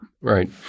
Right